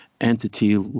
entity